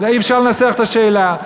אי-אפשר לנסח את השאלה.